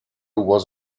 was